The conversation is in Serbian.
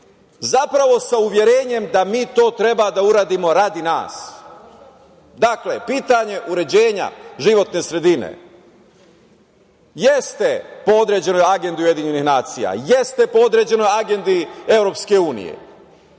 zapravo sa uverenjem da mi to treba da uradimo radi nas. Dakle, pitanje uređenja životne sredine jeste po određenoj agendi UN, jeste po određenoj agendi EU i